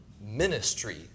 ministry